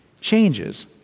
changes